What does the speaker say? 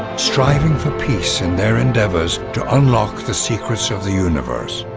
striving for peace in their endeavors to unlock the secrets of the universe.